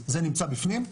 זה נמצא בפנים.